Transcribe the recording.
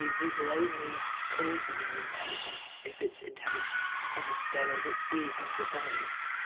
um we will only call something intelligent if it's intelligent upon a scale that we have devised.